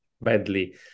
badly